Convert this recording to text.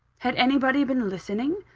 had anybody been listening?